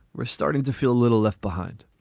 we're starting to feel a little left behind.